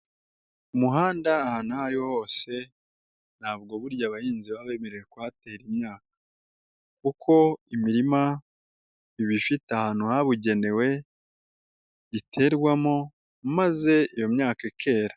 Umuhanda ahantu aho ari hose ntabwo burya abahinzi baba bemerewe kuhatera imyaka, kuko imirima iba ifite ahantu habugenewe iterwamo maze iyo myaka ikera.